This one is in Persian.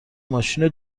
ماشین